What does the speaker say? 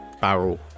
barrel